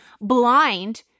blind